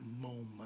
moment